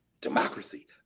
democracy